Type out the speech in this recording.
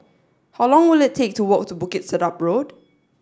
how long will it take to walk to Bukit Sedap Road